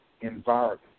environment